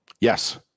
Yes